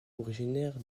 originaire